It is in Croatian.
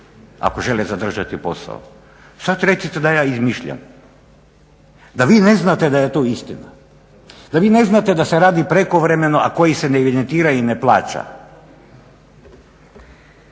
ako žele zadržati posao. Sada recite da ja izmišljam, da vi ne znate da je to istina, da vi ne znate da se radi prekovremeno a koji se ne evidentiraju i ne plaća.